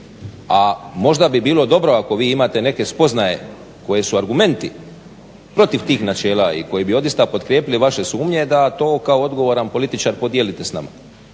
a možda bi bilo dobro ako vi imate neke spoznaje koji su argumenti protiv tih načela i koji bi odista potkrijepili vaše sumnje da to kao odgovoran političar podijelite s nama.